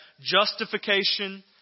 justification